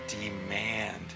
demand